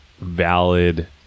valid